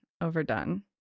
overdone